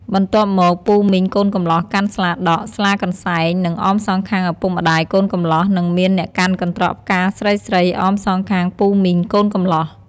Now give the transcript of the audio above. បន្ទាប់មកពូមីងកូនកំលោះកាន់ស្លាដក់ ស្លាកន្សែងនៅអមសងខាងឪពុកម្តាយកូនកំលោះ និងមានអ្នកកាន់កន្ត្រកផ្កាស្រីៗអមសងខាងពូមីងកូនកំលោះ។